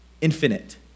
infinite